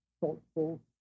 thoughtful